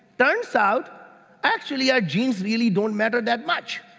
turns out actually our genes really don't matter that much